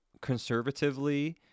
conservatively